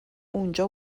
اونجا